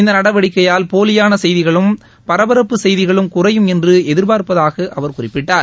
இந்த நடவடிக்கையால் போலியான செய்திகளும் பரபரப்பு செய்திகளும் குறையும் என்று எதிர்பார்ப்பதாக அவர் குறிப்பிட்டார்